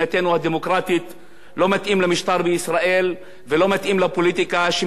לא מתאים למשטר בישראל ולא מתאים לפוליטיקה שמתיימרת להיות ישרה והגונה.